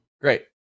Great